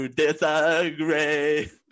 disagree